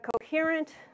coherent